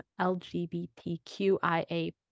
LGBTQIA+